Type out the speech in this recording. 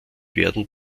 werden